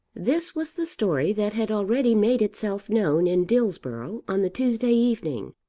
this was the story that had already made itself known in dillsborough on the tuesday evening.